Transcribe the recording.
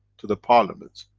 to the parliaments.